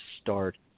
start